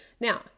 Now